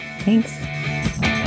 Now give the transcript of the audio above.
Thanks